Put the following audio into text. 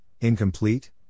incomplete